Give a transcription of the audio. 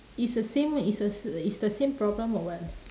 is the same way is a s~ is the same problem or what